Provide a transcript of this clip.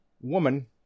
woman